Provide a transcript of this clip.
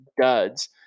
duds